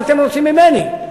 מה אתם רוצים ממני?